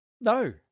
No